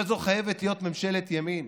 אבל זו חייבת להיות ממשלת ימין,